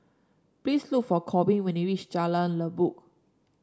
please look for Korbin when you reach Jalan Lekub